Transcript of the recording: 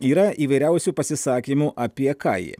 yra įvairiausių pasisakymų apie ką ji